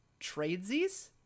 Tradesies